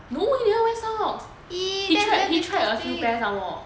no he never wear socks he tried he tried a few pairs some more